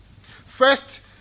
First